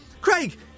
Craig